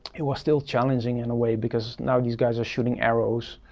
it was still challenging, in a way, because now these guys are shooting arrows.